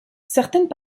certaines